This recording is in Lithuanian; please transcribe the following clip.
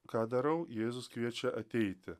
ką darau jėzus kviečia ateiti